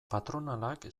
patronalak